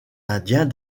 indiens